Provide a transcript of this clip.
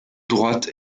droites